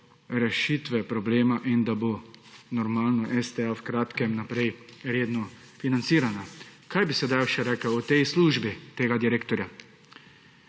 rešitve problema in da bo normalno STA v kratkem naprej redno financirana. Kaj bi sedaj še rekel o tej službi tega direktorja?